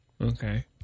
Okay